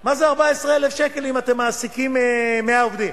מה זה 14,000 שקל אם אתם מעסיקים 100 עובדים?